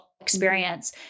experience